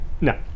No